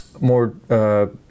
more